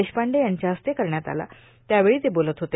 देशपांडे यांच्या हस्ते करण्यात आलं त्यावेळी ते बोलत होते